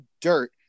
dirt